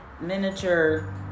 miniature